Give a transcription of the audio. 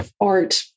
art